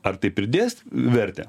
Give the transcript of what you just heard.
ar tai pridės vertę